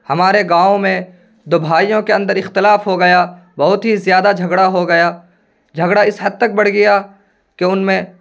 ہمارے گاؤں میں دو بھائیوں کے اندر اختلاف ہو گیا بہت ہی زیادہ جھگڑا ہو گیا جھگڑا اس حد تک بڑھ گیا کہ ان میں